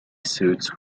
suits